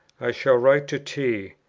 i shall write to t.